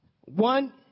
One